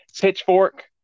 pitchfork